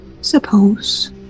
Suppose